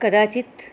कदाचित्